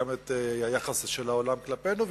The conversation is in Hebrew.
גם את היחס של העולם כלפינו,